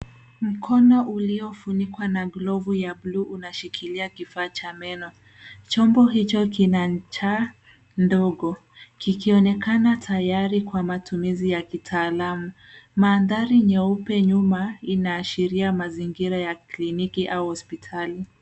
Mkono uliofunikwa na glovu ya buluu unashikilia kifaa cha meno. Chombo hicho kina ncha ndogo, kikionekana tayari kwa matumizi ya kitaalamu. Maandhari nyeupe nyuma inaashiria mazingira ya kliniki au hospitali